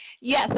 Yes